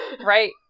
Right